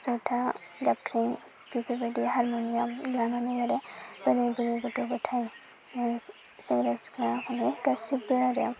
जथा जाबख्रिं बेफोरबायदि हारमुनियाम लानानै आरो बोराइ बुरि गथ' गथाय सेंग्रा सिख्ला माने गासिबो आरो